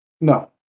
No